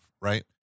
right